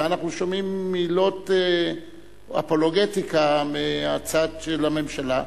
אנחנו שומעים מילות אפולוגטיקה מהצד של הממשלה,